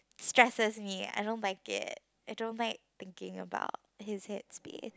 stresses me I don't like it I don't like thinking about his head space